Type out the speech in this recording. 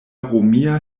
romia